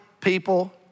people